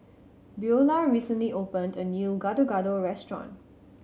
Beulah recently opened a new Gado Gado restaurant